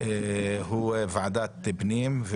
הוא ועדת פנים,